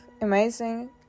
amazing